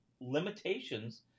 limitations